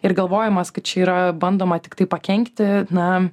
ir galvojimas kad čia yra bandoma tiktai pakenkti na